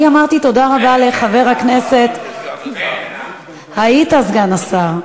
אני אמרתי תודה רבה לחבר הכנסת, הייתי סגן השר.